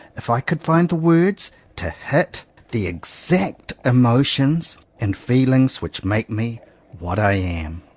if i could find words to hit the exact emotions and feelings which make me what i am.